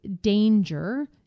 danger